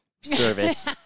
service